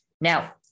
Now